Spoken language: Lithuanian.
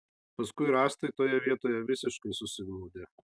paskui rąstai toje vietoje visiškai susiglaudė